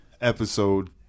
episode